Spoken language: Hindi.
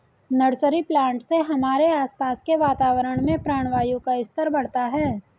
नर्सरी प्लांट से हमारे आसपास के वातावरण में प्राणवायु का स्तर बढ़ता है